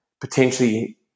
potentially